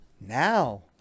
Now